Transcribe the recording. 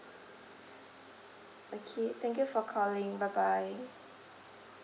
okay thank you for calling bye bye